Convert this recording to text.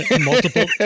Multiple